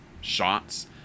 shots